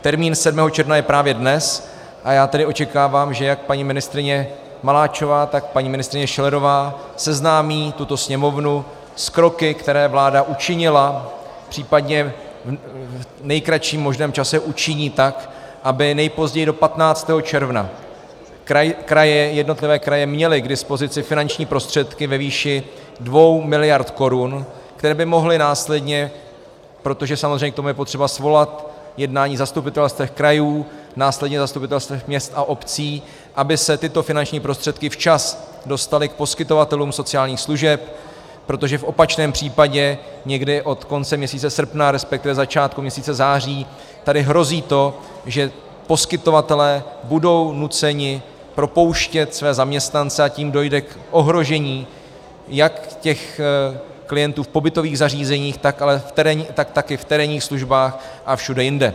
Termín 7. června je právě dnes, a já tedy očekávám, že jak paní ministryně Maláčová, tak paní ministryně Schillerová seznámí tuto Sněmovnu s kroky, které vláda učinila, případně v nejkratším možném čase učiní, tak aby nejpozději do 15. června jednotlivé kraje měly k dispozici finanční prostředky ve výši 2 mld. Kč, které by mohly následně protože k tomu je samozřejmě potřeba svolat jednání zastupitelstev krajů, následně zastupitelstev měst a obcí, aby se tyto finanční prostředky včas dostaly k poskytovatelům sociálních služeb, protože v opačném případě někdy od konce měsíce srpna resp. začátkem měsíce září tady hrozí to, že poskytovatelé budou nuceni propouštět své zaměstnance, a tím dojde k ohrožení jak klientů v pobytových zařízeních, tak v terénních službách a všude jinde.